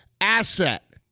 asset